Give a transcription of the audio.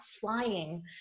flying